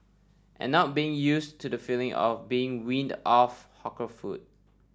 and not being used to the feeling of being weaned off hawker food